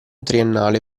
triennale